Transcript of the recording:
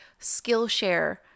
Skillshare